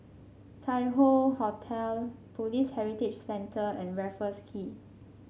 Tai Hoe Hotel Police Heritage Centre and Raffles Quay